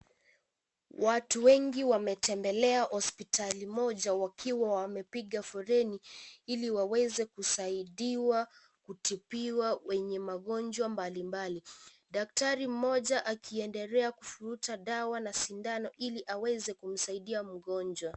Watu wengi, wametembelea hosipitali moja, wakiwa wamepiga foleni, ili waweze kusaidiwa kutibiwa wenye magonjwa mbalimbali. Daktari mmoja, akiendelea kufuruta dawa na sindano ili aweze kumsaidia mgonjwa.